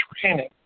training